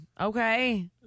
Okay